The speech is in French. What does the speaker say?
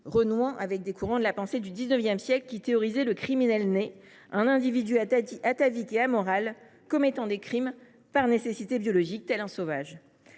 renouant avec des courants de pensée du XIX siècle, qui théorisaient le criminel né, un individu amoral commettant des crimes par nécessité biologique, atavique, tel un sauvage.